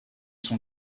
sont